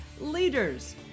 Leaders